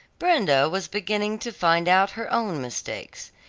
brenda was beginning to find out her own mistakes,